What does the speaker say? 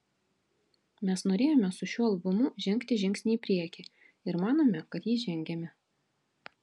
mes norėjome su šiuo albumu žengti žingsnį į priekį ir manome kad jį žengėme